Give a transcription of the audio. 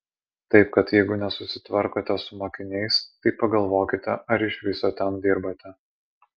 taip kad jeigu nesusitvarkote su mokiniais tai pagalvokite ar iš viso ten dirbate